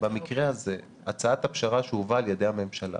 במקרה הזה הצעת הפשרה שהובאה על ידי הממשלה